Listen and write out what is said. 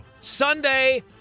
Sunday